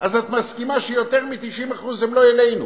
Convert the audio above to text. אז את מסכימה שיותר מ-90% הם לא עלינו.